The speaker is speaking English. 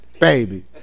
baby